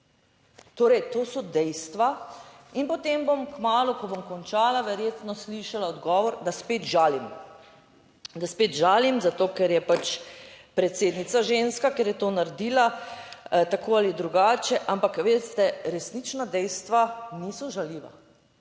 Torej to so dejstva in potem bom kmalu, ko bom končala, verjetno slišala odgovor, da spet žalim. Da spet žalim zato, ker je pač predsednica ženska, ker je to naredila tako ali drugače. Ampak a veste, resnična dejstva niso žaljiva,